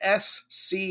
SC